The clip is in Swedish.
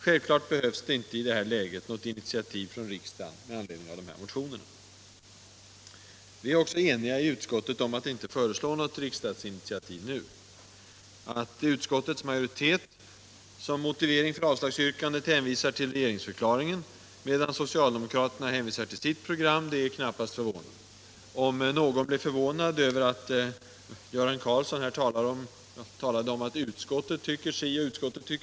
Självklart behövs det inte i detta läge något initiativ från riksdagen med anledning av motionerna. Vi är också eniga i utskottet om att inte föreslå något riksdagsinitiativ nu. Att utskottets majoritet som motivering för avslagsyrkandet hänvisar till regeringsförklaringen, medan socialdemokraterna hänvisar till sitt program, är knappast förvånande. Någon blev kanske förvånad över att Göran Karlsson talade om att utskottet tycker si och så.